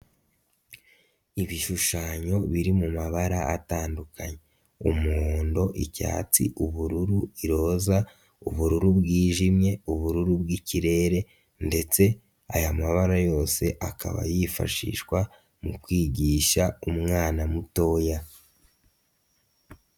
Ibishushanyo biri mumabara atandukanye, umuhondo, icyatsi, ubururu, iroza, ubururu bwijimye, ubururu bw'ikirere ndetse aya mabara yose akaba yifashishwa mu kwigisha umwana mutoya.